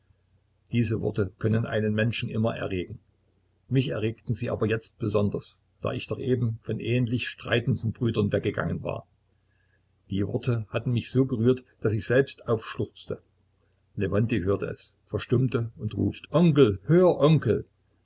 diese worte können einen menschen immer erregen mich erregten sie aber jetzt besonders da ich doch eben von ähnlich streitenden brüdern weggegangen war die worte hatten mich so gerührt daß ich selbst aufschluchzte lewontij hört es verstummt und ruft onkel hör onkel